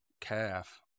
calf